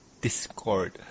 Discord